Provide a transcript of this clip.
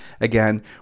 again